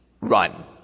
run